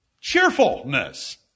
cheerfulness